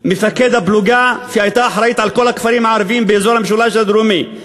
מפקד הפלוגה שהייתה אחראית לכל הכפרים הערביים באזור המשולש הדרומי,